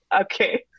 Okay